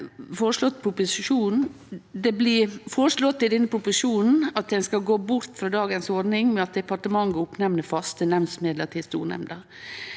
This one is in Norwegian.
Det blir føreslått i denne proposisjonen at ein skal gå bort frå dagens ordning med at departementet oppnemner faste nemndmedlemer til stornemnda.